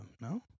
no